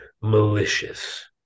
malicious